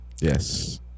Yes